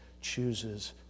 chooses